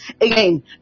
again